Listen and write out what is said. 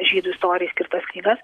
žydų istorijai skirtas knygas